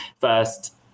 First